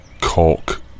Cock